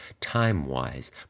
time-wise